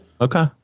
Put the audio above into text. Okay